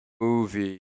Movie